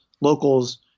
locals